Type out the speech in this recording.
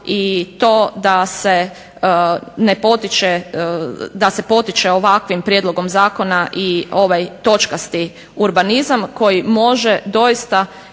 da se potiče ovakvim prijedlogom zakona i ovaj točkasti urbanizam koji može doista